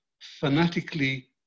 fanatically